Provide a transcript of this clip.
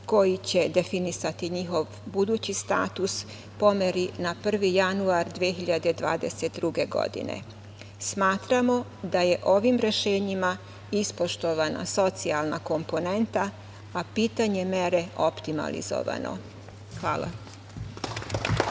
koji će definisati njihov budući status, pomeri na 1. januar 2022. godine. Smatramo da je ovim rešenjima ispoštovana socijalna komponenta, a pitanje mere optimalizovano. Hvala.